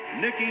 Nikki